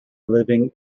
living